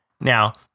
Now